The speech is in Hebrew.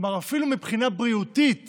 כלומר אפילו מבחינה בריאותית